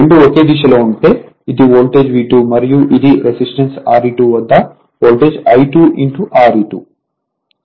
రెండూ ఒకే దిశలో ఉంటే ఇది వోల్టేజ్ V2 మరియు ఇది రెసిస్టెన్స్ Re2 వద్ద వోల్టేజ్ I2 Re2